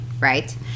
right